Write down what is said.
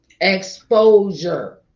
Exposure